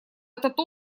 этот